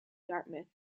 dartmouth